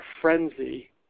frenzy